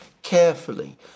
carefully